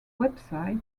website